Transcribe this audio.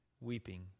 weeping